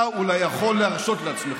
אתה אולי יכול להרשות לעצמך,